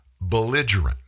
belligerent